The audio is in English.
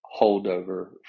holdover